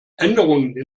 änderungen